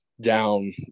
down